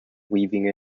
weaving